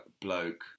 bloke